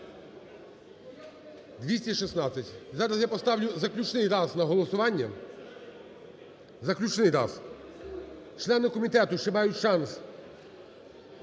За-216 Зараз я поставлю заключний раз на голосування, заключний раз. Члени комітету ще мають шанс